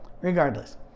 regardless